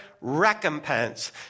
recompense